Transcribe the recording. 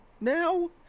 now